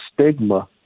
stigma